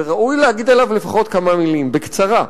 וראוי להגיד עליו לפחות כמה מלים בקצרה.